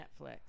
Netflix